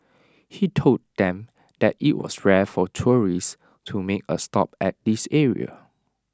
he told them that IT was rare for tourists to make A stop at this area